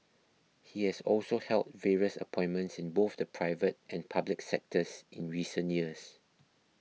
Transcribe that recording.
he has also held various appointments in both the private and public sectors in recent years